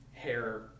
hair